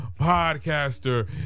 podcaster